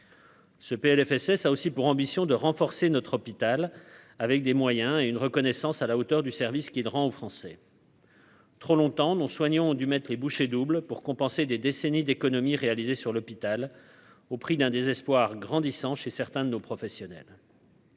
Ce PLFSS a aussi pour ambition de renforcer notre hôpital avec des moyens et une reconnaissance à la hauteur du service qu'il rend aux Français. Trop longtemps non soignants ont dû mettre les bouchées doubles pour compenser des décennies d'économies réalisées sur l'hôpital, au prix d'un désespoir grandissant chez certains de nos professionnels.